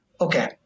Okay